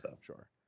sure